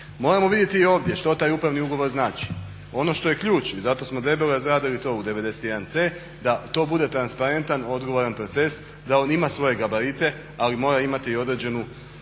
Moramo vidjeti ovdje što taj upravni ugovor znači. ono što je ključ i zato smo debelo izradili u to 91c da to bude transparentan odgovoran proces, da on ima svoje gabarite ali mora imati određenu